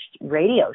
radio